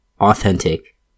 authentic